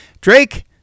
Drake